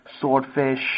swordfish